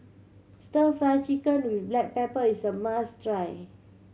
Stir Fry Chicken with black pepper is a must try